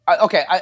Okay